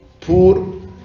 poor